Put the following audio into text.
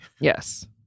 Yes